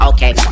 Okay